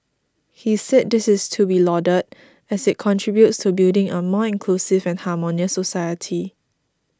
he said this is to be lauded as it contributes to building a more inclusive and harmonious society